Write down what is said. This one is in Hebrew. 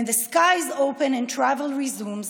כשהשמיים ייפתחו והטיסות יחודשו,